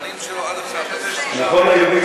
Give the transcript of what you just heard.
הבנים שלו עד עכשיו, כל הילדים